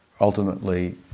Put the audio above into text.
ultimately